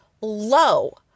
low